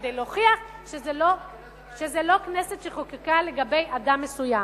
כדי להוכיח שזו לא כנסת שחוקקה לגבי אדם מסוים.